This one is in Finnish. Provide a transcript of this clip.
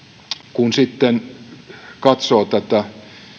kun sitten katsoo tätä